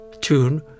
tune